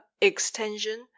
extension